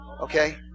Okay